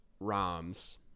ROMs